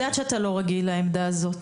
אני יודעת שאתה לא רגיל לעמדה הזאת,